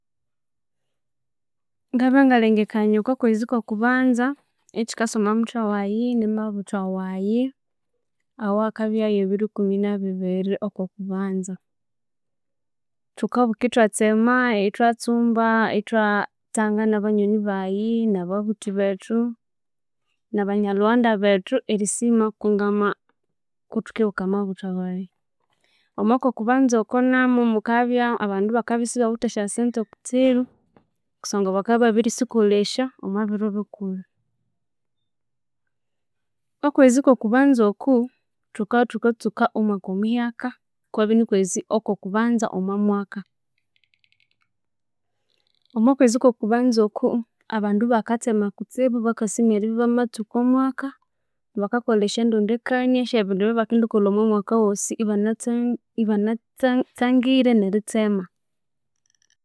Ngabya ingalhengekania okwa kwezi okwo kubanza ekikasa omwa muthwe waghe ni mabuthwa waghe awakabyaghu ebiro ikumi na bibiri okwo kubanza, thukabuka ithwatsema, ithwa tsumba, ithwatsanga na banyoni baghe na babuthi bethu na banyalhughanda bethu erisima kungama kuthikibuka amabuthwa waghe omwo kokubanza oko namu mukabya isimulhi ente abandu bakabya ibabirisikolhesya omwa biro bikulhu okwezi kokubanza oku thukabya ithwamastuka omwaka omuhyaka ikwabya ini kwezi okwo kubanza omo mwa mwaka, omwa kwezi kokubanza oku abandu bakasima eribya bamatsuka omwaka bakakolha esya ndondekania esya ebindu ebyabakikolha omwa mwaka owosi ibanatsa ibana tsangi ibanatsangire neritsema.